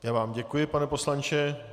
Já vám děkuji, pane poslanče.